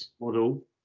model